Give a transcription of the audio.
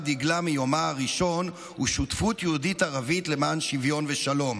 דגלה מיומה הראשון הוא שותפות יהודית-ערבית למען שוויון ושלום.